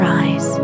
eyes